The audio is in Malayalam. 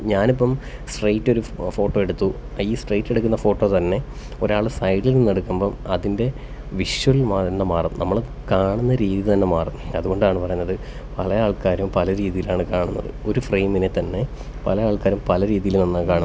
ഞാൻ ഇപ്പം സ്ട്രെയിറ്റ് ഒരു ഫോട്ടോ എടുത്തു ഈ സ്ട്രെയിറ്റ് എടുക്കുന്ന ഫോട്ടോ തന്നെ ഒരാൾ സൈഡീന്ന് എടുക്കുമ്പോൾ അതിന്റെ വിഷ്വല് തന്നെ മാറും നമ്മൾ കാണുന്ന രീതി തന്നെ മാറും അതുകൊണ്ടാണ് പറയുന്നത് പല ആള്ക്കാരും പല രീതിയിലാണ് കാണുന്നത് ഒരു ഫ്രെയിമിനെ തന്നെ പല ആൾക്കാരും പല രീതിയിലാണ് കാണുന്നത്